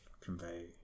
convey